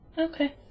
Okay